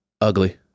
ugly